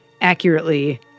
accurately